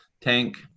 tank